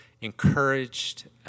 encouraged